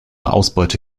ausbeute